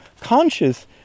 conscious